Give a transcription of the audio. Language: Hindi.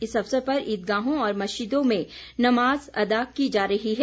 इस अवसर पर ईदगाहों और मस्जिदों में नमाज अदा की जा रही है